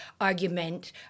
argument